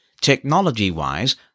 Technology-wise